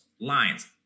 lines